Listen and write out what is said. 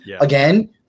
again